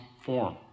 form